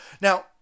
now